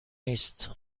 نیست